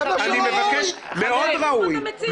מאוד ראוי.